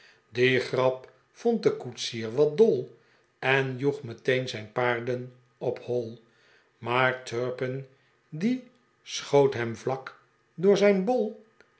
grap vond de koetsier wat dol en joeg meteen zijn paarden op hoi maar turpin die schoot hem vlak door zijn bol